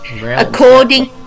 according